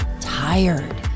tired